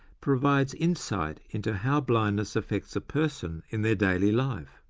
provides insight into how blindness affects a person in their daily life.